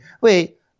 wait